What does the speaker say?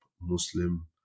Muslim